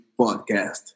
podcast